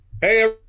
Hey